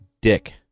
dick